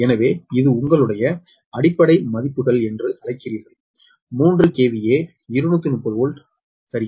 எனவே இது உங்களுடைய அடிப்படை மதிப்புகள் என்று அழைக்கிறீர்கள் 3 KVA 230 வோல்ட் சரி